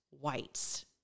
whites